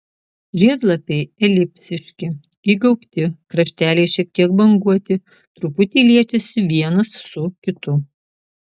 žiedlapiai elipsiški įgaubti krašteliai šiek tiek banguoti truputį liečiasi vienas su kitu